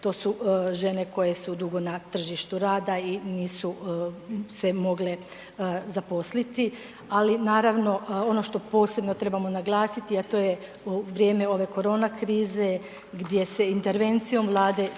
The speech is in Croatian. to su žene koje su dugo na tržištu rada i nisu se mogle zaposliti, ali naravno, ono što posebno trebamo naglasiti, a to je u vrijeme ove korona krize gdje se intervencijom Vlade sačuvao